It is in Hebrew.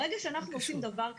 ברגע שאנחנו עושים דבר כזה,